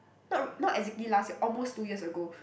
not not exactly last year almost two years ago